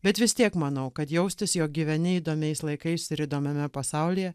bet vis tiek manau kad jaustis jog gyveni įdomiais laikais ir įdomiame pasaulyje